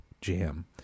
jam